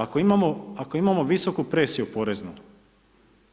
Ako imamo visoku presiju poreznu,